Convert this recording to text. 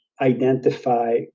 identify